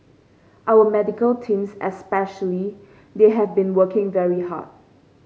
our medical teams especially they have been working very hard